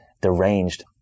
deranged